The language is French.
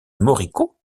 moricaud